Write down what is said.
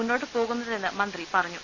മുന്നോട്ടു പോകുന്നതെന്ന് മന്ത്രി പറഞ്ഞു